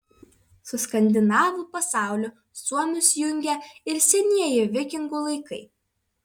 su skandinavų pasauliu suomius jungia ir senieji vikingų laikai